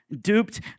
duped